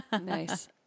Nice